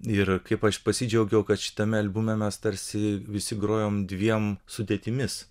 ir kaip aš pasidžiaugiau kad šitame albume mes tarsi visi grojom dviem sudėtimis